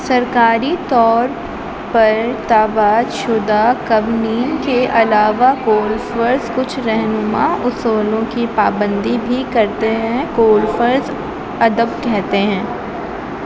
سرکاری طور پر طباعت شدہ قونین کے علاوہ گولفرز کچھ رہنما اصولوں کی پابندی بھی کرتے ہیں گولفرز ادب کہتے ہیں